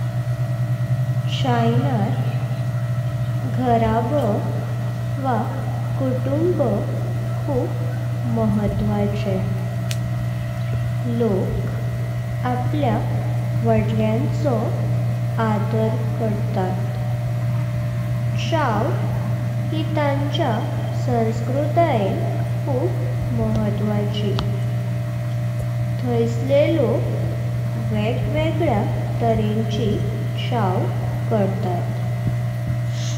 चीनात घराबो वा कुटुंब खुब महतवाचें, लोक आपल्या व्हडल्यानचो आदर करतात। चाव हें तांचो संस्कृतायें खुब महतवाची, थैंसले लोक वेग वेगळ्या तऱणीं चाव करतात।